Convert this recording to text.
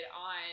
on